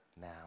now